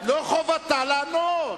לא חובתה לענות.